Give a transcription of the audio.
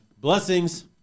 Blessings